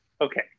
Okay